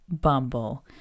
bumble